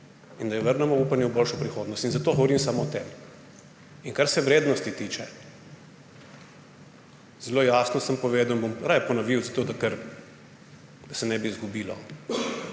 in da jim vrnemo upanje v boljšo prihodnost. In zato govorim samo o tem. In kar se vrednosti tiče, zelo jasno sem povedal, bom raje ponovil zato, da se ne bi izgubilo.